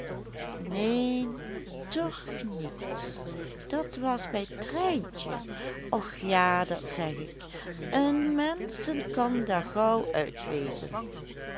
neen tch niet dat was bij trijntje och ja dat zeg ik een mensen kan der gauw uit wezen